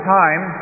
time